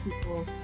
people